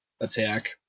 attack